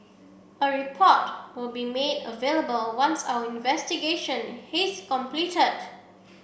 a report will be made available once our investigation his completed